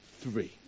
three